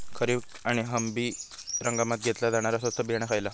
खरीप आणि रब्बी हंगामात घेतला जाणारा स्वस्त बियाणा खयला?